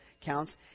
counts